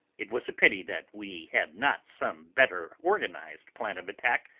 it was a pity that we had not some better organised plan of attack,